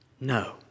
No